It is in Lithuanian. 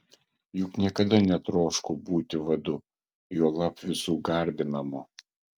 juk niekada netroško būti vadu juolab visų garbinamu